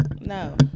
No